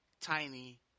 tiny